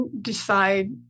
decide